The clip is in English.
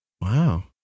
Wow